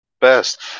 Best